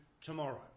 tomorrow